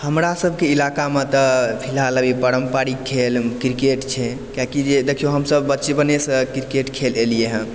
हमरा सबके इलाकामे तऽ फिलहाल अभी पारम्परिक खेल क्रिकेट छै किएकि जे देखियौ हम सब बचपनेसँ क्रिकेट खेल एलियै हँ